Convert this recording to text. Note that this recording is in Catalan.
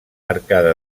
arcada